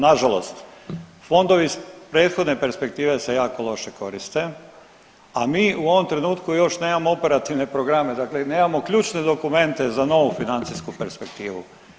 Nažalost fondovi iz prethodne perspektive se jako loše koriste, a mi u ovom trenutku još nemamo operativne programe, dakle nemamo ključne dokumente za novu financijsku perspektivu.